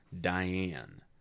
diane